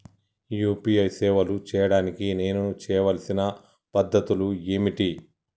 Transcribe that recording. UPI సేవలు చేయడానికి నేను చేయవలసిన పద్ధతులు ఏమిటి?